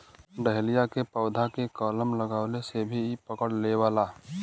dahlia के पौधा के कलम लगवले से भी इ पकड़ लेवला